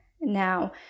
Now